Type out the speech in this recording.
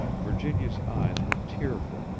virginia's eyes were tearful,